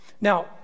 Now